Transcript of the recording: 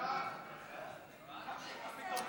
ההצעה